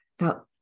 now